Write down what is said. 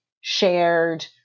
shared